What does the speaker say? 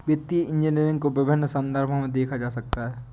वित्तीय इंजीनियरिंग को विभिन्न संदर्भों में देखा जा सकता है